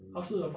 mm